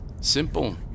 Simple